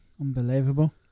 Unbelievable